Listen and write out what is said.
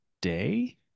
day